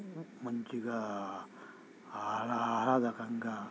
మంచిగా ఆహ్లాద ఆహ్లాదకరంగా